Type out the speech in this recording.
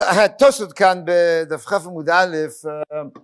התוספות כאן בדף כ' עמוד א'